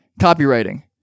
copywriting